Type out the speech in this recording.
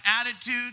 attitude